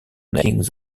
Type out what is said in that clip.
nail